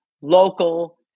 local